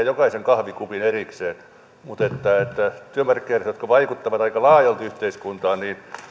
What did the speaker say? jokaisen kahvikupin erikseen mutta olisi paikallaan että työmarkkinajärjestöt jotka vaikuttavat aika laajalti yhteiskuntaan